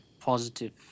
positive